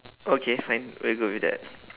okay fine we'll go with that